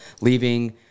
leaving